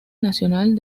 nacional